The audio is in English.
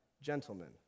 gentlemen